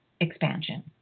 expansion